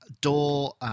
door